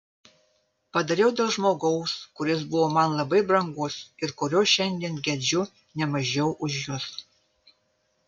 padariau dėl žmogaus kuris buvo man labai brangus ir kurio šiandien gedžiu ne mažiau už jus